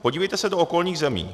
Podívejte se do okolních zemí.